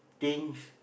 things